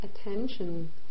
attention